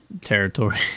territory